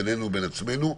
בינינו ובין עצמנו,